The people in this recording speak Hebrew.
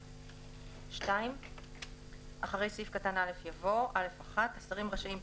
2020)"; (2)אחרי סעיף קטן (א) יבוא: "(א1) השרים רשאים,